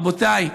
רבותיי,